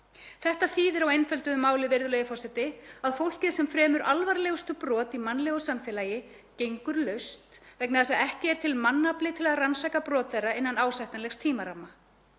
Þetta þýðir á einföldu máli, virðulegi forseti, að fólkið sem fremur alvarlegustu brotin í mannlegu samfélagi gengur laust vegna þess að ekki er til mannafli til að rannsaka brot þess innan ásættanlegs tímaramma.